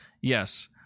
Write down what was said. Yes